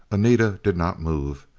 anita did not move.